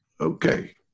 Okay